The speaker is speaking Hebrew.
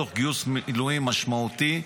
תוך גיוס מילואים משמעותי,